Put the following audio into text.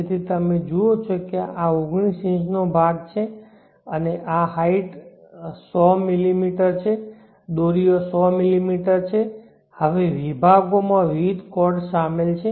તેથી તમે જુઓ કે આ 19 ઇંચનો ભાગ છે અને હાઈટ 100 mm છે દોરીઓ 100 mm છે હવે વિભાગોમાં વિવિધ કોર્ડ શામેલ છે